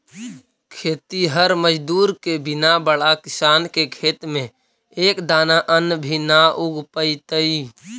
खेतिहर मजदूर के बिना बड़ा किसान के खेत में एक दाना अन्न भी न उग पइतइ